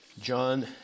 John